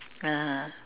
(uh huh)